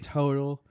total